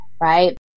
right